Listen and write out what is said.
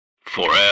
FOREVER